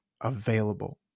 available